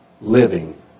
living